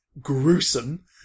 gruesome